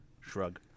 Shrug